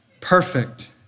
perfect